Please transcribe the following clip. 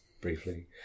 briefly